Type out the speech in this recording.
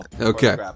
Okay